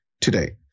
today